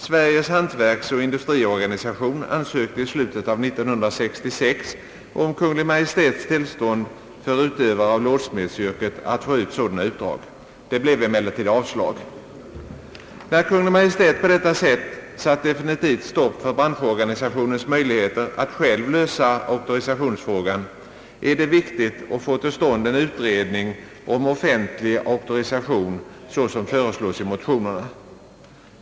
Sveriges hantverksoch industriorganisation ansökte i slutet av 1966 om Kungl. Maj:ts tillstånd för utövare av låssmedsyrket att få ut sådana utdrag. Det blev emellertid avslag. När Kungl, Maj:t på detta sätt satt definitivt stopp för branschorganisationens möjligheter att själv lösa auktorisationsfrågan, är det viktigt att få till stånd en utredning om offentlig auktorisation så som föreslås i motionerna.